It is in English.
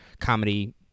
comedy